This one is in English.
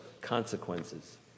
consequences